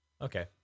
Okay